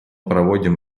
проводим